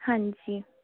ਹਾਂਜੀ